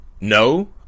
No